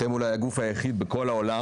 אתם אולי הגוף היחיד בעולם,